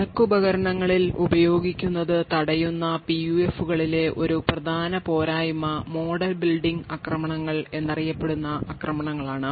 ചരക്ക് ഉപകരണങ്ങളിൽ ഉപയോഗിക്കുന്നത് തടയുന്ന PUF കളിലെ ഒരു പ്രധാന പോരായ്മ മോഡൽ ബിൽഡിംഗ് ആക്രമണങ്ങൾ എന്നറിയപ്പെടുന്ന ആക്രമണങ്ങളാണ്